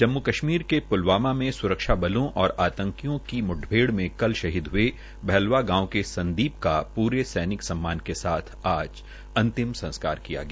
जम्मू कशमीर के प्लवामा में सुरक्षा बलों और आंतकियों की मूठभेड़ में कल शहीद हये बहलवा गांव के संदीप का प्रे सैनिक सम्मान के साथ आज अंतिम संस्कार किया गया